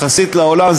גם יחסית לעולם,